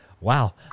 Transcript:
wow